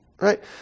right